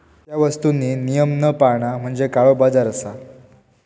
त्या वस्तुंनी नियम न पाळणा म्हणजे काळोबाजार असा